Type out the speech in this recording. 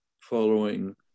following